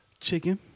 Chicken